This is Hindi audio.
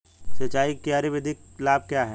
सिंचाई की क्यारी विधि के लाभ क्या हैं?